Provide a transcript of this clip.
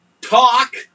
Talk